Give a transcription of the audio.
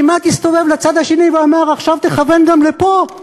כמעט הסתובב לצד השני ואמר: עכשיו תכוון גם לפה.